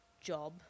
job